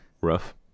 rough